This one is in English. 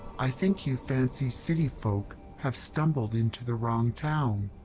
i think you fancy city folk have stumbled into the wrong town.